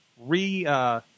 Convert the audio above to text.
re